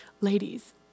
Ladies